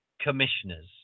commissioners